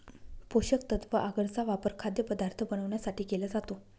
पोषकतत्व आगर चा वापर खाद्यपदार्थ बनवण्यासाठी केला जातो